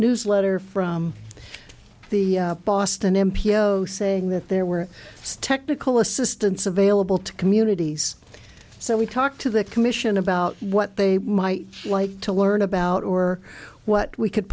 newsletter from the boston m p o saying that there were technically assistance available to communities so we talked to the commission about what they might like to learn about or what we could